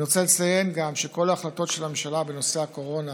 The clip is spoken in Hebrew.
אני רוצה גם לציין שכל ההחלטות של הממשלה בנושא הקורונה